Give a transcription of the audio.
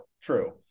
True